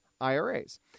IRAs